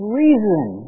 reason